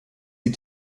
die